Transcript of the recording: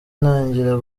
ntangira